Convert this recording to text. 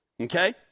okay